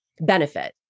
benefit